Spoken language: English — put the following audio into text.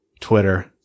Twitter